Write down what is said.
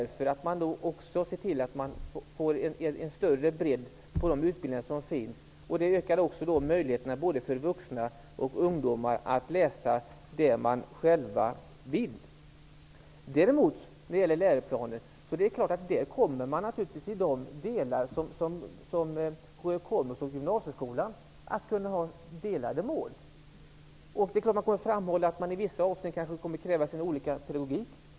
På det sättet ser man också till att det blir en större bredd på de utbildningar som finns. Det ökar möjligheterna både för vuxna och ungdomar att läsa det som de själva vill. I läroplanen skall det givetvis kunna vara olika mål för komvux och gymnasieskolan. Det är klart att man kommer att framhålla att det i vissa avsnitt krävs olika pedagogik.